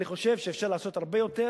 אני חושב שאפשר לעשות הרבה יותר